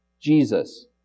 Jesus